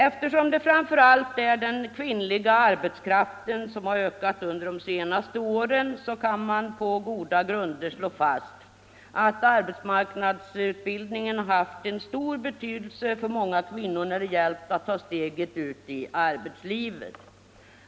Eftersom det framför allt är den kvinnliga arbetskraften som ökat under de senaste åren kan man på goda grunder slå fast att arbetsmarknadsutbildningen haft stor betydelse för många kvinnor när det gällt att ta steget ut i arbetslivet.